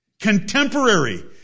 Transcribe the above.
Contemporary